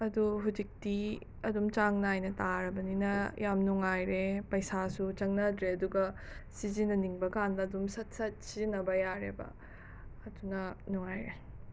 ꯑꯗꯣ ꯍꯧꯖꯤꯛꯇꯤ ꯑꯗꯨꯝ ꯆꯥꯡ ꯅꯥꯏꯅ ꯇꯥꯔꯕꯅꯤꯅ ꯌꯥꯝ ꯅꯨꯡꯉꯥꯏꯔꯦ ꯄꯩꯁꯥꯁꯨ ꯆꯪꯅꯗ꯭ꯔꯦ ꯑꯗꯨꯒ ꯁꯤꯖꯤꯟꯅꯅꯤꯡꯕ ꯀꯥꯟꯗ ꯑꯗꯨꯝ ꯁꯠ ꯁꯠ ꯁꯤꯖꯤꯟꯅꯕ ꯌꯥꯔꯦꯕ ꯑꯗꯨꯅ ꯅꯨꯡꯉꯥꯏꯔꯦ